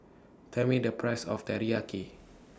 Tell Me The Price of Teriyaki